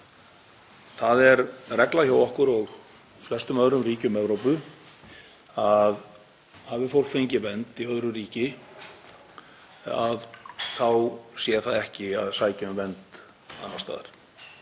Það er regla hjá okkur og flestum öðrum ríkjum Evrópu að hafi fólk fengið vernd í öðru ríki þá sé það ekki að sækja um vernd annars staðar.